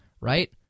Right